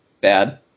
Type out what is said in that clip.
bad